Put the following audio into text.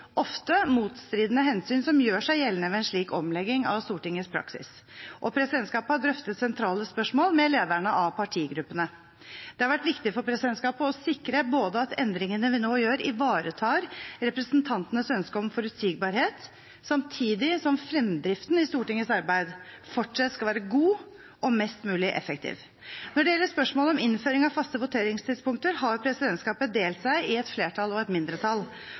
ofte motstridende hensyn som gjør seg gjeldende ved en slik omlegging av Stortingets praksis, og presidentskapet har drøftet sentrale spørsmål med lederne av partigruppene. Det har vært viktig for presidentskapet å sikre at endringene vi nå gjør, ivaretar representantenes ønske om forutsigbarhet samtidig som fremdriften i Stortingets arbeid fortsatt skal være god og mest mulig effektiv. Når det gjelder spørsmålet om innføring av faste voteringstidspunkter, har presidentskapet delt seg i et flertall og et mindretall,